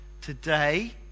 Today